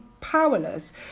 powerless